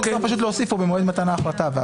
צריך פשוט להוסיף כאן "במועד מתן ההחלטה".